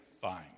fine